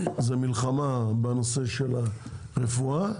זו מלחמה בנושא של הרפואה,